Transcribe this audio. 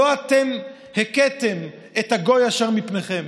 לא אתם הכיתם את הגוי אשר מפניכם,